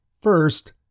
First